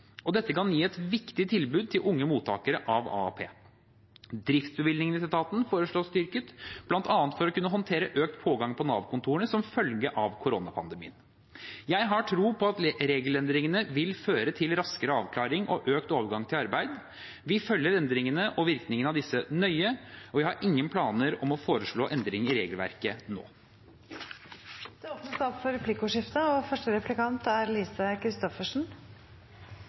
og dette kan gi et viktig tilbud til unge mottakere av AAP. Driftsbevilgningen til etaten foreslås styrket, bl.a. for å kunne håndtere økt pågang på Nav-kontorene som følge av koronapandemien. Jeg har tro på at regelendringene vil føre til raskere avklaring og økt overgang til arbeid. Vi følger endringene og virkingene av disse nøye. Jeg har ingen planer om å foreslå endringer i regelverket